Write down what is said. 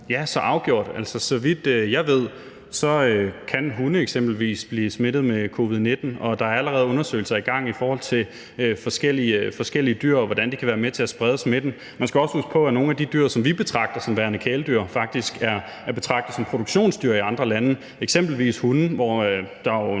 Ja, så afgjort. Altså, så vidt jeg ved, kan hunde eksempelvis blive smittet med covid-19, og der er allerede undersøgelser i gang i forhold til forskellige dyr og hvordan de kan være med til at sprede smitten. Man skal også huske på, at nogle af de dyr, som vi betragter som værende kæledyr, faktisk er at betragte som produktionsdyr i andre lande, eksempelvis hunde, hvor der jo